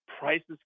prices